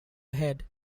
ahead